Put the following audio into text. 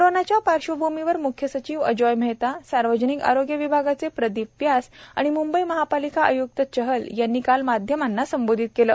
कोरोनाच्या पार्श्वभूमीवर मुख्य सचिव अजोय मेहता सार्वजनिक आरोग्य विभागाचे प्रदीप व्यास आणि मुंबई महापालिका आय्क्त चहल यांनी काल माध्यमांना संबोधित केले